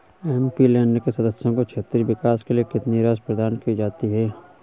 MP land के सदस्यों को क्षेत्रीय विकास के लिए कितनी राशि प्रदान की जाती है?